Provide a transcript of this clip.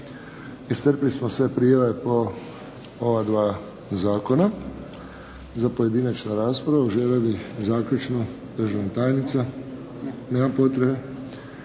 Iscrpili smo sve prijave po ova dva zakona za pojedinačnu raspravu. Želi li zaključno državna tajnica? Nema potrebe.